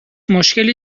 مشکلی